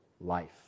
life